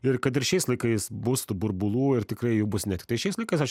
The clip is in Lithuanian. ir kad ir šiais laikais bus tų burbulų ir tikrai jų bus ne tiktai šiais laikais aš